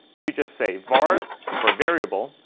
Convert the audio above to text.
you just say var for variable,